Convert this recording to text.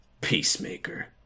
Peacemaker